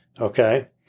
okay